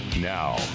Now